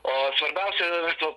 o svarbiausia tuo